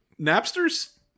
Napster's